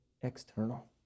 external